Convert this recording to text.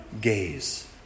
gaze